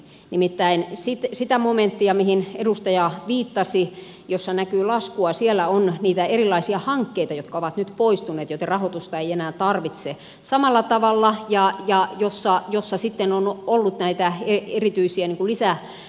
nimittäin siinä momentissa mihin edustaja viittasi jossa näkyy laskua on niitä erilaisia hankkeita jotka ovat nyt poistuneet ja joitten rahoitusta ei enää tarvita samalla tavalla ja on ollut näitä erityisiä joku lisää